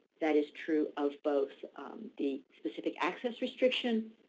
that is true of both the specific access restriction,